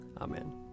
Amen